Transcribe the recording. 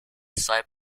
side